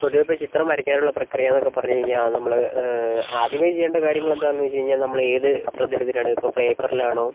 പൊതുവെ ഇപ്പോൾ ചിത്രം വരയ്ക്കാനുള്ള പ്രക്രിയ എന്നൊക്കെ പറഞ്ഞു കഴിഞ്ഞാൽ അത് നമ്മൾ ആദ്യമേ ചെയ്യേണ്ട കാര്യങ്ങൾ എന്താണെന്ന് വെച്ച് കഴിഞ്ഞാൽ നമ്മൾ ഏത് പ്രതലത്തിലാണ് ഇപ്പോൾ പേപ്പറിൽ ആണോ